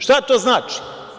Šta to znači?